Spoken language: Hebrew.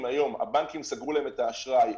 הבנקים סגרו לאנשים את האשראי,